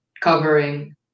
covering